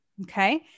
Okay